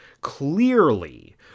clearly